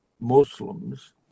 Muslims